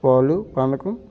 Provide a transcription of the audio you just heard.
పాలు పానకం